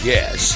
Yes